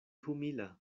humila